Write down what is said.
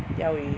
钓鱼